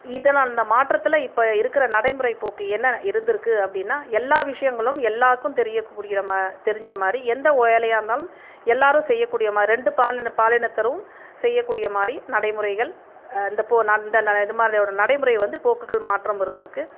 இதெலாம் இந்த மாற்றத்தில் இப்போ இருக்கிற நடைமுறை போக்கு என்ன இருந்திருக்கு அப்படின்னா எல்லா விஷயங்களும் எல்லாேருக்கும் தெரியக்கூடிய மா தெரிகிற மாதிரி எந்த வேலையாயிருந்தாலும் எல்லாேரும் செய்யக்கூடிய மாதிரி ரெண்டு பாலின பாலினத்தரும் செய்யக்கூடிய மாதிரி நடைமுறைகள் இந்த போ நான் இந்த ம இது மாதிரி ஒரு நடைமுறைகள் வந்து போக்குகள் மாற்றம் இருந்திருக்கு